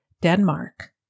Denmark